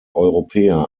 europäer